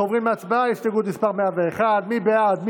אנחנו עוברים להצבעה על הסתייגות מס' 100. מי בעד?